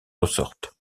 ressortent